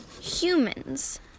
humans